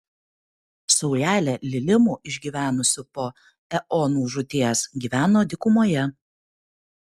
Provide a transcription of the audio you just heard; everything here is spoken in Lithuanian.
saujelė lilimų išgyvenusių po eonų žūties gyveno dykumoje